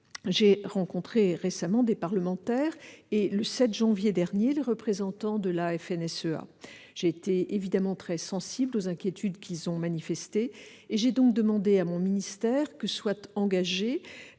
j'ai rencontré récemment des parlementaires et, le 7 janvier dernier, les représentants de la FNSEA. Évidemment, j'ai été très sensible aux inquiétudes qu'ils ont manifestées. J'ai donc demandé à mon ministère que soient engagées